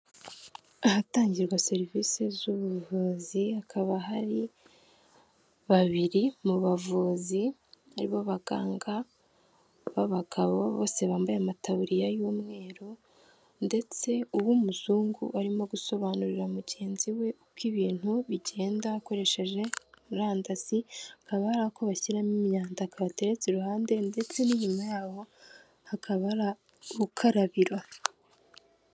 Ahatangirwa serivisi z'ubuvuzi hakaba hari babiri mu bavuzi aribo baganga b'abagabo bose bambaye amataburiya y'umweru ndetse uw'umuzungu arimo gusobanurira mugenzi we uko ibintu bigenda akoresheje murandasi, hakaba hari ako bashyiramo imyanda kabateretse iruhande ndetse n'inyuma yabo hakaba hari urukarabiro.